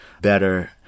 better